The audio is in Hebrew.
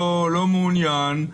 לא מעוניין,